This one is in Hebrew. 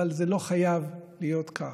אבל זה לא חייב להיות כך.